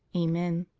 amen.